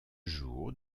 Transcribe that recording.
jour